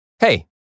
Hey